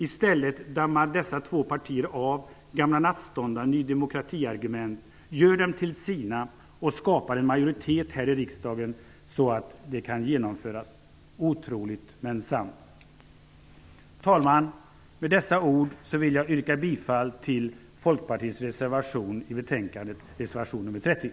I stället dammar dessa två partier av gamla nattståndna ny demokrati-argument, gör dem till sina och skapar en majoritet här i riksdagen så att de kan genomföras - otroligt, men sant. Herr talman! Med dessa ord vill jag yrka bifall till